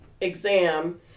exam